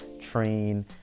train